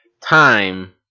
time